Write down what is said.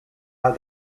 how